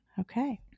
Okay